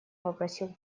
попросил